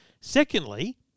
Secondly